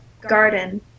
garden